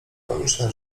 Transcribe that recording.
komiczne